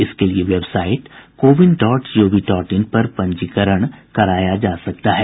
इसके लिए website CoWIN dot gov dot in पर पंजीकरण कराया जा सकता है